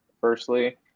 firstly